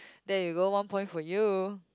there you go one point for you